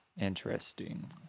interesting